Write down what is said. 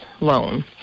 loan